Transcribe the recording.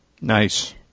Nice